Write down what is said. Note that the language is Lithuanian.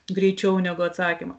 greičiau negu atsakymą